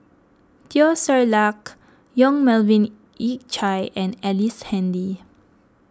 Teo Ser Luck Yong Melvin Yik Chye and Ellice Handy